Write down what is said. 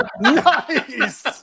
Nice